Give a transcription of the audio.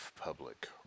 Public